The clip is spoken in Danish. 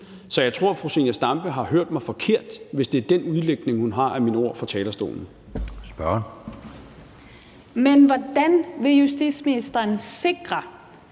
Så jeg tror, fru Zenia Stampe har hørt mig forkert, hvis det er den udlægning, hun har af mine ord fra talerstolen. Kl. 20:08 Anden næstformand (Jeppe